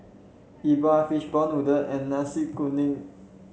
E Bua fish ball noodle and Nasi Kuning